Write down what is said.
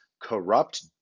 corrupt